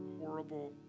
horrible